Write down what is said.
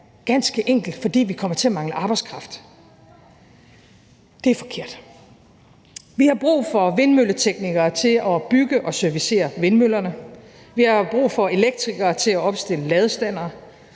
ganske enkelt fordi vi kommer til at mangle arbejdskraft. Det er forkert. Vi har brug for vindmølleteknikere til at bygge og servicere vindmøllerne, vi har brug for elektrikere til at opstille ladestandere,